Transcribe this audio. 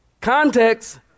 Context